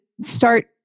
start